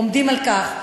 עומדים על כך,